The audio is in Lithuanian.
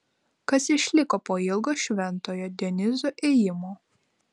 kas išliko po ilgo šventojo dionizo ėjimo